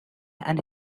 and